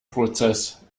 prozess